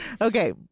Okay